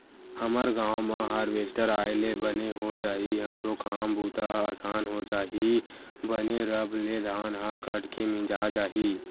हमर गांव म हारवेस्टर आय ले बने हो जाही हमरो काम बूता ह असान हो जही बने रब ले धान ह कट के मिंजा जाही